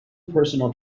personal